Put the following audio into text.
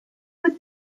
would